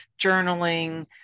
journaling